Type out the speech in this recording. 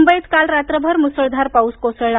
मुंबईत काल रात्रभर मुसळधार पाऊस कोसळला